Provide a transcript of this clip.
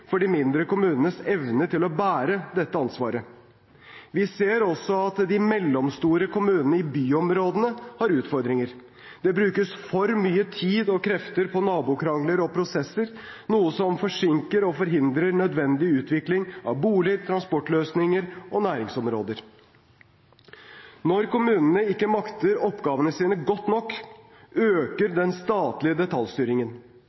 for de mindre kommunenes evne til å bære dette ansvaret. Vi ser også at de mellomstore kommunene i byområdene har utfordringer. Det brukes for mye tid og krefter på nabokrangler og prosesser, noe som forsinker og forhindrer nødvendig utvikling av boliger, transportløsninger og næringsområder. Når kommunene ikke makter oppgavene sine godt nok, øker